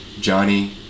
Johnny